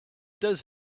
does